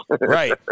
Right